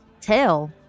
Tail